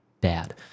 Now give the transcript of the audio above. bad